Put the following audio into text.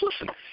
listen